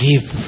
give